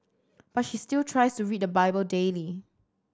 but she still tries to read the Bible daily